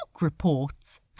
reports